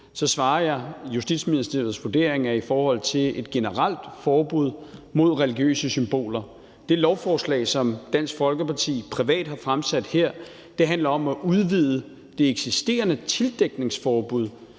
giver jeg Justitsministeriets vurdering af et generelt forbud mod religiøse symboler. Det lovforslag, som Dansk Folkeparti privat har fremsat her, handler om at udvide det eksisterende tildækningsforbud